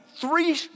three